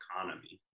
economy